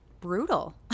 brutal